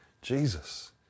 Jesus